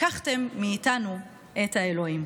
לקחתם מאיתנו את האלוהים.